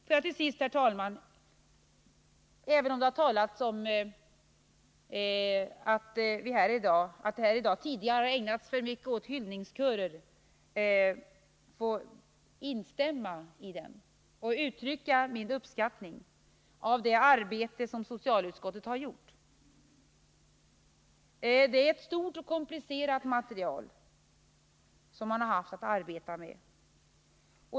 Får jag till sist, herr talman, även om det har talats om att man tidigare här i dag har ägnat för mycken tid åt hyllningskörer, instämma i dem och uttrycka min uppskattning av det arbete som socialutskottet har gjort. Det är ett stort och komplicerat material som man har haft att arbeta med.